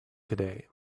today